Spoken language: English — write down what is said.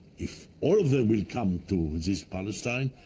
if all of them will come to this palestine,